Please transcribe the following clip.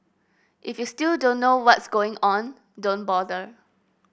if you still don't know what's going on don't bother